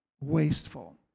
Wasteful